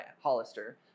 Hollister